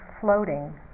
floating